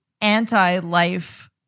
anti-life